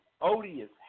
odious